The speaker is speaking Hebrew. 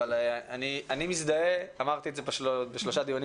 אבל אני מזדהה ואמרתי את זה בשלושה דיונים